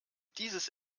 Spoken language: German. dieses